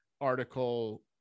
article